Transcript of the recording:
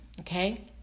okay